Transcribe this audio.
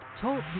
Talk